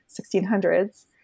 1600s